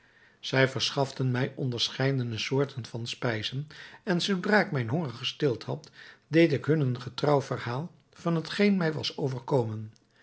zij verschaften mij onderscheidene soorten van spijzen en zoodra ik mijn honger gestild had deed ik hun een getrouw verhaal van hetgeen mij was overkomen